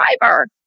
driver